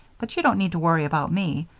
but you don't need to worry about me.